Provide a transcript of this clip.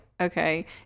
okay